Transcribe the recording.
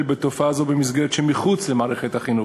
בתופעה זו במסגרת שמחוץ למערכת החינוך.